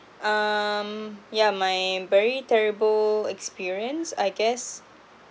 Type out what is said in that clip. um yeah my very terrible experience I guess